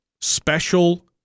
special